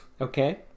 Okay